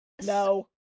No